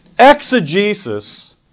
exegesis